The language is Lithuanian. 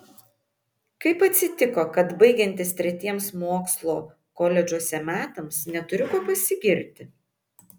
kaip atsitiko kad baigiantis tretiems mokslų koledžuose metams neturiu kuo pasigirti